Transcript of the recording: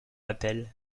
appelle